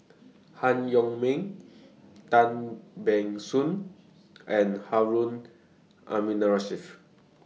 Han Yong May Tan Ban Soon and Harun Aminurrashid